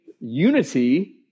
unity